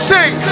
Sing